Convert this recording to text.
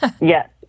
Yes